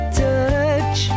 touch